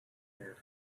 here